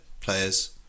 players